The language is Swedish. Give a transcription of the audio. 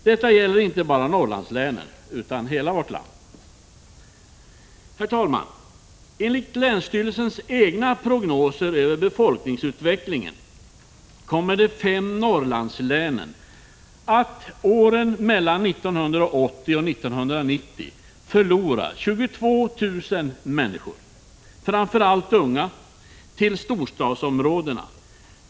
Detta gäller inte bara Norrlandslänen utan hela vårt land. Herr talman! Enligt länsstyrelsernas egna prognoser över befolkningsutvecklingen kommer de fem Norrlandslänen att mellan åren 1980 och 1990 förlora 22 000 människor, framför allt unga, till storstadsområdena.